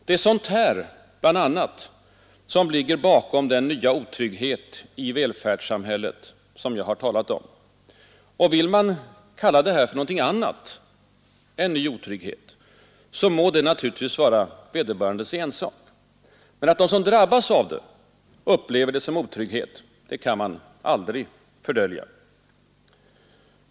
Det är bl.a. sådant som ligger bakom den ”nya otrygghet” i välfärdssa hället som jag har talat om. Vill man kalla detta för något annat än ny otrygghet, må det vara vederbörandes ensak. Men att de som drabbas upplever det som otrygghet går aldrig att fördölja.